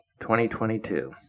2022